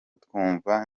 twumva